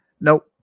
Nope